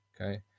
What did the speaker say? okay